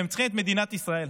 והם צריכים את מדינת ישראל.